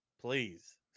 Please